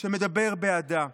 שמדבר בעדה.